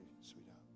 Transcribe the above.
sweetheart